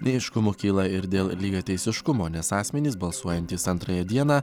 neaiškumų kyla ir dėl lygiateisiškumo nes asmenys balsuojantys antrąją dieną